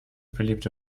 beliebte